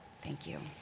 thank you.